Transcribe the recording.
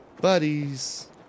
Buddies